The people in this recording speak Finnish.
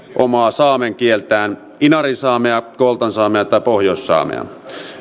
omaa saamen kieltään inarinsaamea koltansaamea tai pohjoissaamea